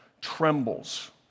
trembles